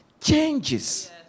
changes